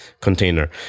container